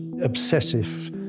obsessive